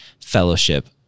fellowship